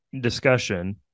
discussion